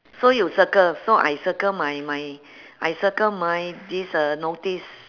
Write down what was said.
so you circle so I circle my my I circle my this uh notice